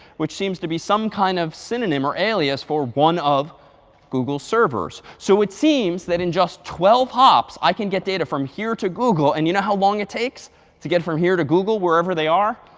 which seems to be some kind of synonym or alias for one of google's servers. so it seems that in just twelve hops, i can get data from here to google. and you know how long it takes to get from here to google, wherever they are?